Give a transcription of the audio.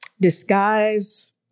disguise